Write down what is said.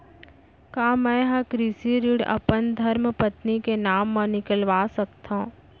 का मैं ह कृषि ऋण अपन धर्मपत्नी के नाम मा निकलवा सकथो?